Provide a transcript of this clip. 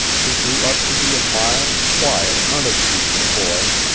he grew up to be a mild, quiet, unobtrusive boy,